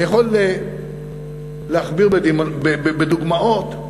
אני יכול להכביר דוגמאות,